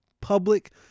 public